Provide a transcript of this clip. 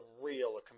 real